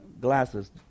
glasses